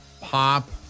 pop